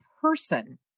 person